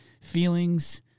feelings